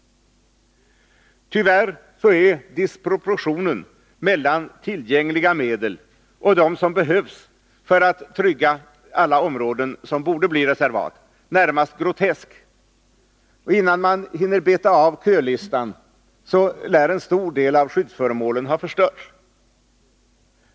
Tyvärr är disproportionen mellan tillgängliga medel och dem som behövs för att trygga alla områden som borde bli reservat närmast grotesk. Innan man hinner beta av kölistan, lär en stor del av skyddsföremålen ha förstörts.